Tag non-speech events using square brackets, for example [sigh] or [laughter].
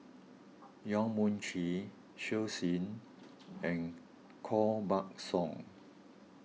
Yong Mun Chee [unintelligible] Shen and Koh Buck Song